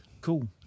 Cool